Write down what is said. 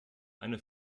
eine